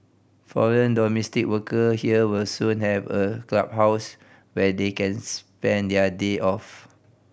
foreign domestic worker here will soon have a clubhouse where they can spend their day off